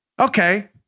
Okay